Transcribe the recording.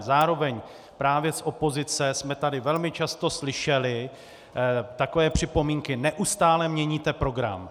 Zároveň právě z opozice jsme tady velmi často slyšeli takové připomínky neustále měníte program.